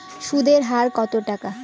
সুদের হার কতটা?